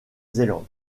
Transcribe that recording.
zélande